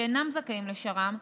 שאינם זכאים לשר"מ,